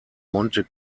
monte